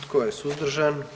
Tko je suzdržan?